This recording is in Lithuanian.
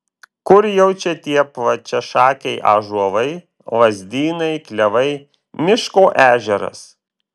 kur jau čia tie plačiašakiai ąžuolai lazdynai klevai miško ežeras